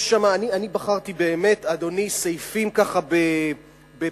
אני בחרתי באמת, אדוני, סעיפים בפינצטה.